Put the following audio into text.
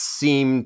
seem